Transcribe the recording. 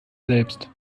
selbst